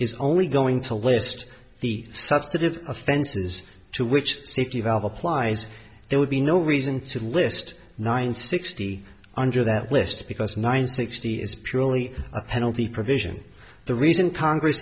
is only going to list the substantive offenses to which safety valve applies there would be no reason to list nine sixty under that list because nine sixty is truly a penalty provision the reason congress